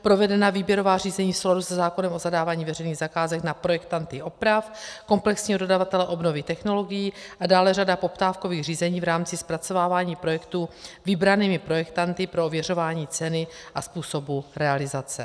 Provedena výběrová řízení v souladu se zákonem o zadávání veřejných zakázek na projektanty oprav, komplexního dodavatele obnovy technologií a dále řada poptávkových řízení v rámci zpracovávání projektů vybranými projektanty pro ověřování ceny a způsobu realizace.